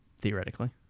Theoretically